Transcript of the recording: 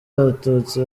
abatutsi